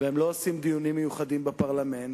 והם לא עושים דיונים מיוחדים בפרלמנט,